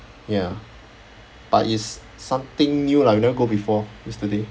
ya but it's something new lah you never go before yesterday